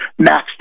maxed